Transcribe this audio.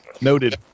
Noted